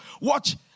Watch